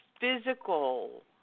physical